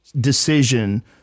decision